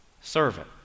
servant